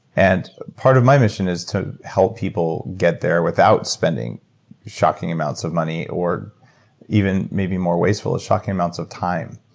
and part of my mission is to help people get there without spending shocking amounts of money or even maybe more wasteful, shocking amounts of time.